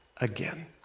again